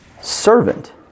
servant